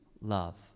love